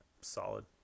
Solid